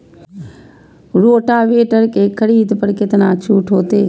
Rotavator के खरीद पर केतना छूट होते?